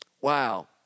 Wow